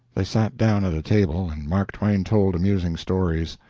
they sat down at a table, and mark twain told amusing stories.